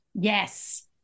Yes